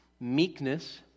meekness